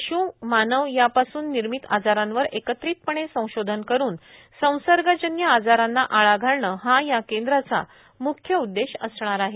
पश्ए मानव यापासून निर्मित आजारांवर एकत्रितपणे संशोधन करून संसर्गजन्य आजारांना आळा घालणे हा या केंद्राचा म्ख्य उद्देश असणार आहे